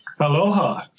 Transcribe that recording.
Aloha